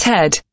Ted